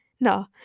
No